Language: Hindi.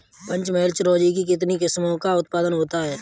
पंचमहल चिरौंजी की कितनी किस्मों का उत्पादन होता है?